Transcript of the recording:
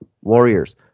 Warriors